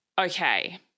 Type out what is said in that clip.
Okay